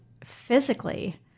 physically